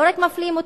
לא רק מפלים אותי,